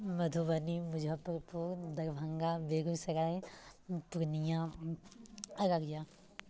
Madhubani Muzaffarpur Darbhanga Begusarai Purnia Araria